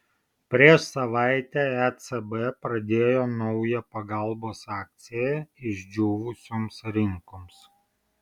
prieš savaitę ecb pradėjo naują pagalbos akciją išdžiūvusioms rinkoms